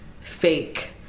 fake